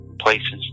places